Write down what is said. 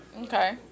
Okay